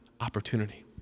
Opportunity